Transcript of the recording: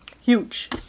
Huge